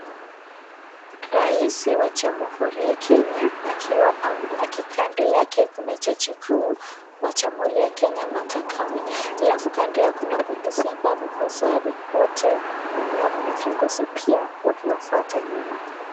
Rais wa jamhuri ya Kenya akiwa kando yake kuna jaji kuu wa jamhuri ya Kenya Martha Koome, alafu kando yao kuna polisi ambaye amevaa sare wote. Nyuma yao kuna viongozi pia wakiwafuata nyuma.